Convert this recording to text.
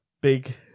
big